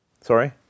Sorry